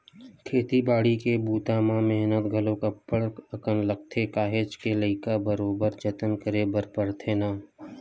खेती बाड़ी के बूता म मेहनत घलोक अब्ब्ड़ अकन लगथे काहेच के लइका बरोबर जतन करे बर परथे ना